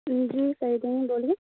جی جی صحیح ٹاٮٔم بولیے